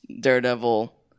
Daredevil